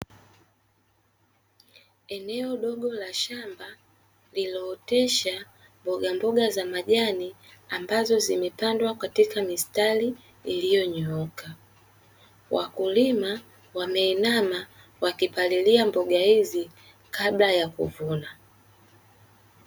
Eneo dogo la shamba lililootesha mboga mboga za majani ambazo zimepandwa katika mistari iliyonyooka, wakulima wameinama wakipalilia mboga hizi kabla ya kuvuna.